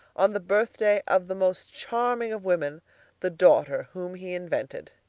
on the birthday of the most charming of women the daughter whom he invented.